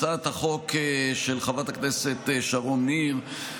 הצעת החוק של חברת הכנסת שרון ניר,